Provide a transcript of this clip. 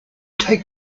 take